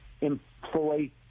employ